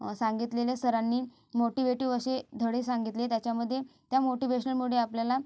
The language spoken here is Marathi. सांगितलेले सरांनी मोटिवेटिव्ह असे धडे सांगितले त्याच्यामध्ये त्या मोटिवेशनमुळे आपल्याला